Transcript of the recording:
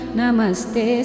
Namaste